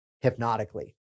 hypnotically